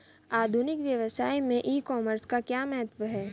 आधुनिक व्यवसाय में ई कॉमर्स का क्या महत्व है?